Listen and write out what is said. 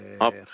up